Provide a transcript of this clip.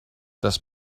das